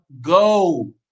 go